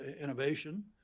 Innovation